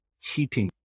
cheating